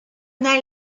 una